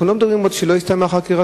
אנחנו לא מדברים על כך שלא הסתיימה חקירתם,